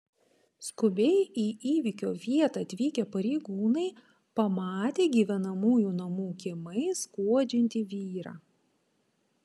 skubiai į įvykio vietą atvykę pareigūnai pamatė gyvenamųjų namų kiemais skuodžiantį vyrą